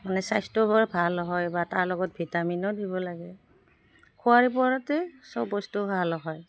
মানে স্বাস্থ্যবোৰ ভাল হয় বা তাৰ লগত ভিটামিনো দিব লাগে খোৱাৰ ওপৰতেই চব বস্তু ভাল হয়